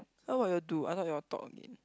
now what you all do I thought you all talk only